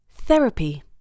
Therapy